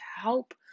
help